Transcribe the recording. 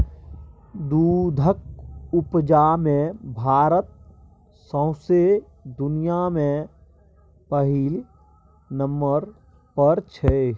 दुधक उपजा मे भारत सौंसे दुनियाँ मे पहिल नंबर पर छै